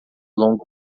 longo